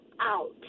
out